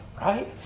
right